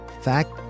Fact